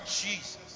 Jesus